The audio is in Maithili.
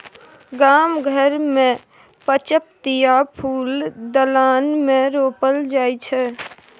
गाम घर मे पचपतिया फुल दलान मे रोपल जाइ छै